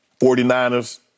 49ers